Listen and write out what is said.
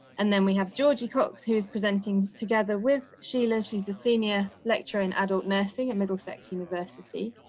and then we have georgie cooks who is presenting together with sheila. she's a senior lecturer in adult nursing at middlesex university.